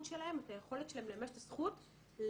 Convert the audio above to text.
שלהם ואת היכולת שלהם לממש את הזכות להסעה.